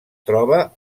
troba